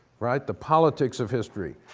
right? the politics of history,